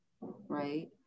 right